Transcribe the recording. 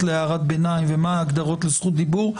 להערת ביניים ומה ההגדרות לזכות דיבור,